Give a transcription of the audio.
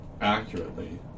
accurately